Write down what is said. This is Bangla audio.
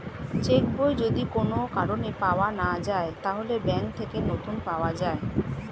চেক বই যদি কোন কারণে পাওয়া না যায়, তাহলে ব্যাংক থেকে নতুন পাওয়া যায়